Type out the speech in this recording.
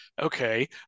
okay